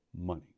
money